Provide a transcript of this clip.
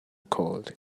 cold